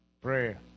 prayer